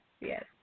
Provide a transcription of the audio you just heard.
yes